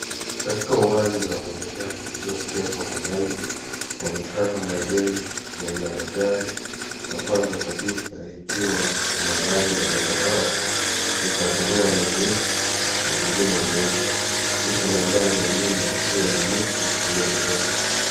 Katika uwanja wenye nyasi iliyofyekwa kwa laini, kunaonekana maegesho ya magari ya kwanza kabisaa ikiwa na rangi ya zambarau, ikifuatiliwa na nyeusi na zingine nyeupe. Kisha mandhari ya nyuma yakiwa ni miti mirefu